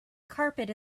carpet